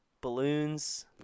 balloons